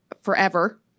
forever